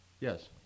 Yes